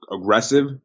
aggressive